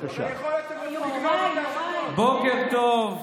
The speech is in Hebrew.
אופיר כץ (הליכוד): בוקר טוב,